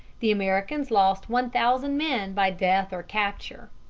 the americans lost one thousand men by death or capture.